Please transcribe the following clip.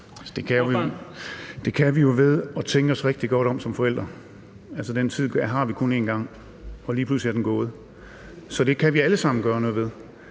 Det kan vi jo ved at tænke os rigtig godt om som forældre. Altså, den tid har vi kun én gang, og lige pludselig er den gået. Så det kan vi alle sammen gøre noget ved,